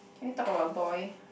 can we talk about boy